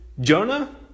Jonah